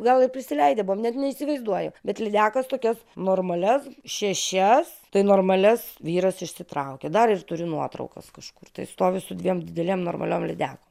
gal ir prisileidę buvom net neįsivaizduoju bet lydekos tokias normalias šešias tai normalias vyras išsitraukė dar ir turiu nuotraukas kažkur tai stovi su dviem didelėm normaliom lydekom